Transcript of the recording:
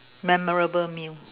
memorable meal